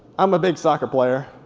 i'm a big soccer player.